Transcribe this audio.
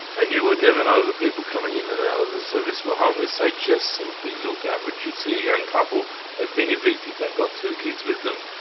and you would never know the people coming in and out of the service were homeless, they just simply looked average. you'd see a young couple, they've been evicted, they've got two kids with them,